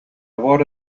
vora